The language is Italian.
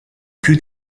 più